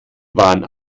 waren